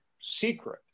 secret